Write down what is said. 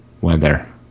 weather